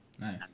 Nice